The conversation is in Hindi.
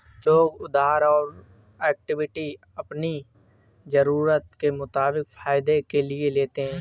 लोग उधार और इक्विटी अपनी ज़रूरत के मुताबिक फायदे के लिए लेते है